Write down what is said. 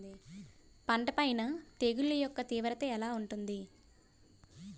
పంట పైన తెగుళ్లు యెక్క తీవ్రత ఎలా ఉంటుంది